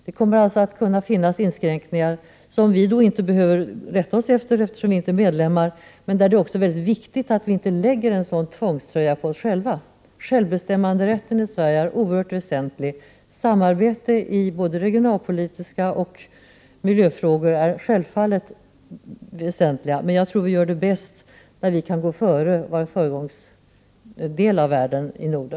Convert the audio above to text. Det kommer alltså att kunna finnas inskränkningar som vi inte behöver rätta oss efter, emedan vi inte är medlemmar. Det är emellertid viktigt att vi inte lägger en sådan tvångströja på oss själva. Självbestämmanderätten är oerhört väsentlig för Sverige. Samarbete i både regionalpolitiska och miljöfrågor är självfallet väsentligt, men jag tror att vi gör bäst i att låta Norden vara föregångare.